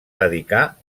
dedicar